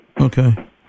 Okay